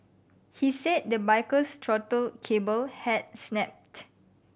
he said the biker's throttle cable had snapped